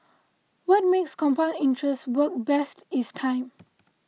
what makes compound interest work best is time